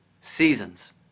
Seasons